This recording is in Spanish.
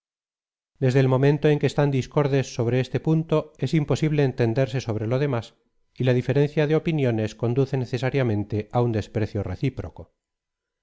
desde el momentoen que están discordes sobre este punto es imposible entenderse sobre lo demás y la diferencia de opiniones conduce necesariamente á un desprecio recíproco